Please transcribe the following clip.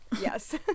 Yes